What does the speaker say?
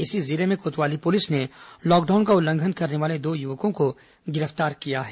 इसी जिले में कोतवाली पुलिस ने लॉकडाउन का उल्लंघन करने वाले दो युवकों को गिरफ्तार किया है